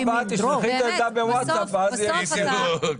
בפעם הבאה תשלחי את העמדה בווטסאפ ואז זה יהיה בסדר.